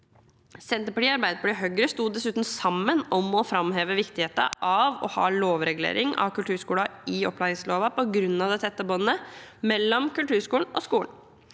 Senterpartiet, Arbeiderpartiet og Høyre sto dessuten sammen om å framheve viktigheten av å ha lovregulering av kulturskolen i opplæringsloven på grunn av det tette båndet mellom kulturskolen og skolen.